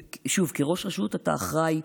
שוב, כראש רשות אתה אחראי.